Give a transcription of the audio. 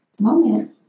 moment